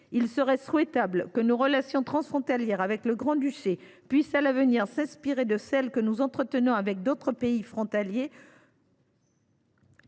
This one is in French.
Il serait souhaitable que nos relations transfrontalières avec le Grand Duché puissent s’inspirer à l’avenir de celles que nous entretenons avec d’autres pays frontaliers.